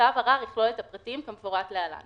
(ג)כתב ערר יכלול את הפרטים כמפורט להלן,